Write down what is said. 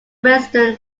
western